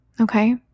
Okay